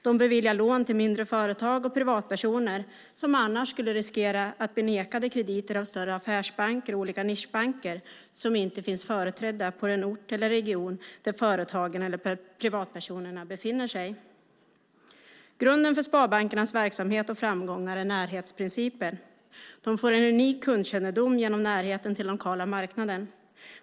De beviljar lån till mindre företag och privatpersoner som annars skulle riskera att bli nekade krediter av större affärsbanker och olika nischbanker som inte finns företrädda på den ort eller i den region där företagen eller privatpersonerna befinner sig. Grunden för sparbankernas verksamhet och framgångar är närhetsprincipen. De får en unik kundkännedom genom närheten till den lokala marknaden.